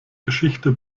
geschichte